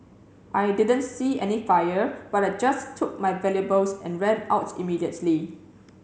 I didn't see any fire but I just took my valuables and ran out immediately